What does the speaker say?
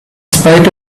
spite